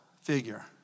figure